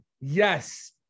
yes